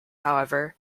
however